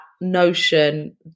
notion